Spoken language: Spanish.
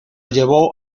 llevó